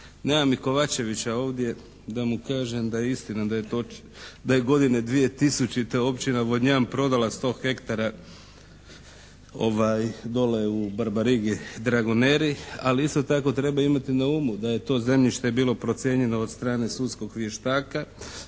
Nema mi Kovačevića ovdje da mu kažem da je istina da je godine 2000. općina Vodnjan prodala 100 hektara dole u Barbarigi Dragoneri ali isto tako treba imati na umu da je to zemljište bilo procijenjeno od strane sudskog vještaka,